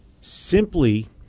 simply